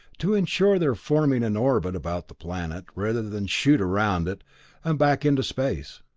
to insure their forming an orbit about the planet, rather than shoot around it and back into space.